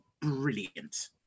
brilliant